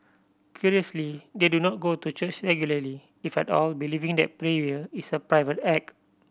curiously they do not go to church regularly if at all believing that prayer is a private act